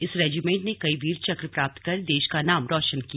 इस रेजीमेंट ने कई वीर चक्र प्राप्त कर देश का नाम रोशन किया